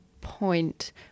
point